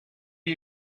are